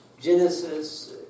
Genesis